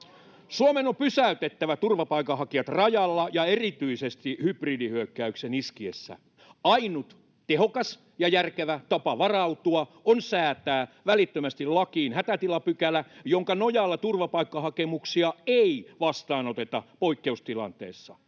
Suomen on pysäytettävä turvapaikanhakijat rajalla ja erityisesti hybridihyökkäyksen iskiessä. Ainut tehokas ja järkevä tapa varautua on säätää välittömästi lakiin hätätilapykälä, jonka nojalla turvapaikkahakemuksia ei vastaanoteta poikkeustilanteissa,